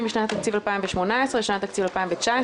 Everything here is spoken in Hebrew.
משנת התקציב 2018 לשנת התקציב 2019,